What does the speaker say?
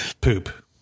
poop